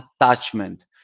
attachment